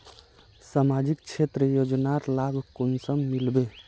सामाजिक क्षेत्र योजनार लाभ कुंसम मिलबे?